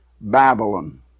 Babylon